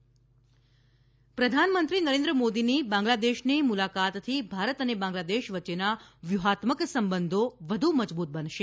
પ્રધાનમંત્રી બાંગ્લાદેશ પ્રધાનમંત્રી નરેન્દ્ર મોદીની બાંગ્લાદેશની મુલાકાતથી ભારત અને બાંગ્લાદેશ વચ્ચેના વ્યૂહાત્મક સંબંધો વધુ મજબૂત બનશે